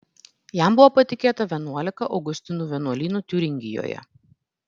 jam buvo patikėta vienuolika augustinų vienuolynų tiuringijoje